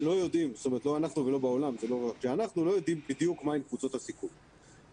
בדיוק מה הן קבוצות הסיכון.